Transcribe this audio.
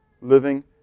living